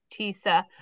Tisa